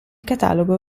catalogo